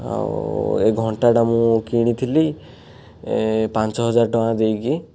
ଆଉ ଏହି ଘଣ୍ଟାଟା ମୁଁ କିଣିଥିଲି ପାଞ୍ଚ ହଜାର ଟଙ୍କା ଦେଇକି